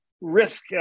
risk